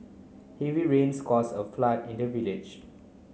heavy rains cause a flood in the village